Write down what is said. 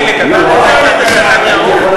זה, יושב-ראש הקואליציה המיתולוגי יודע, הוא יכול